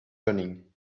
toning